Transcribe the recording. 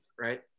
Right